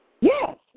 Yes